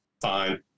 fine